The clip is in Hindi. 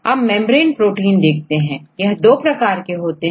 अब मेंब्रेन प्रोटीन देखते हैं यह दो प्रकार के होते हैं